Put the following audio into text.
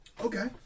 Okay